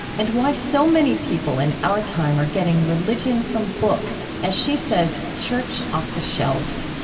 and why so many people in our time are getting religion from books, as she says, church off the shelves.